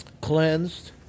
cleansed